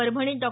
परभणीत डॉ